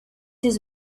his